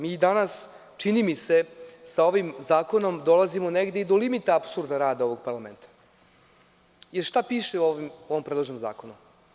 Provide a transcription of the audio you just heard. Mi danas, čini mi se, sa ovim zakonom dolazimo negde i do limita apsurda rada ovog parlamenta, jer šta piše u ovom predloženom zakonu?